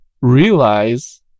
realize